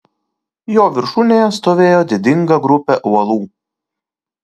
jo viršūnėje stovėjo didinga grupė uolų